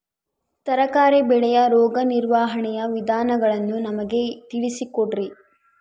ತರಕಾರಿ ಬೆಳೆಯ ರೋಗ ನಿರ್ವಹಣೆಯ ವಿಧಾನಗಳನ್ನು ನಮಗೆ ತಿಳಿಸಿ ಕೊಡ್ರಿ?